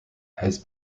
has